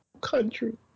country